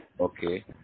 okay